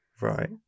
Right